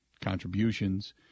contributions